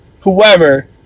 whoever